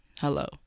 hello